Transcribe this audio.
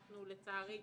לצערי,